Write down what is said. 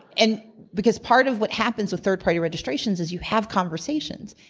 and because part of what happens with third party registrations is you have conversations.